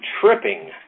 tripping